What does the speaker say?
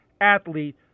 athlete